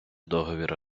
договір